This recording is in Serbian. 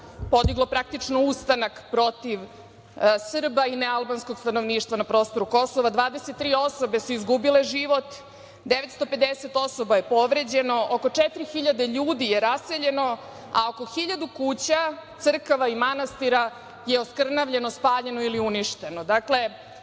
podiglo, praktično, ustanak protiv Srba i nealbanskog stanovništva na prostoru Kosova, 23 osobe su izgubile život, 950 osoba je povređeno, oko 4.000 ljudi je raseljeno, a oko hiljadu kuća, crkava i manastira je oskrnavljeno, spaljeno ili uništeno. Ja